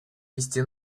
ввести